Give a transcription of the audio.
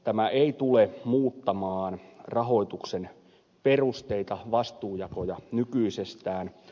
tämä ei tule muuttamaan rahoituksen perusteita vastuujakoja nykyisestään